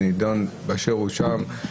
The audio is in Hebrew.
שנידון באשר הוא שם,